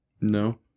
No